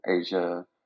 Asia